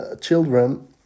children